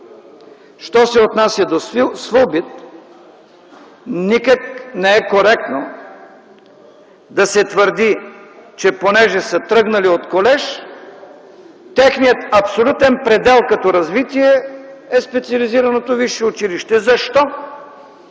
Що се отнася до СВУБИТ, никак не е коректно да се твърди, че понеже са тръгнали от колеж, техният абсолютен предел като развитие е специализираното висше училище. Защо?